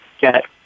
get